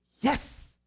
yes